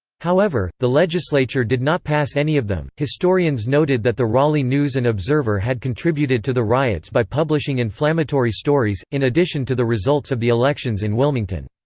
however, the legislature did not pass any of them historians noted that the raleigh news and observer had contributed to the riots by publishing inflammatory stories, in addition to the results of the elections in wilmington.